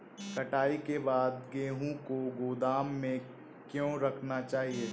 कटाई के बाद गेहूँ को गोदाम में क्यो रखना चाहिए?